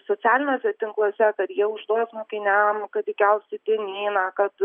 socialiniuose tinkluose kad jau užduos mokiniam kad įkels į dienyną kad